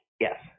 Yes